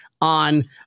on